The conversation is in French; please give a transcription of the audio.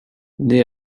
née